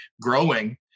growing